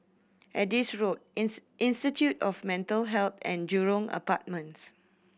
Adis Road Institute of Mental Health and Jurong Apartments